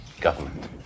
government